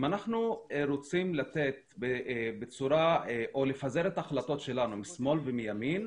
אם אנחנו רוצים לפזר את ההחלטות שלנו משמאל ומימין